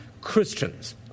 Christians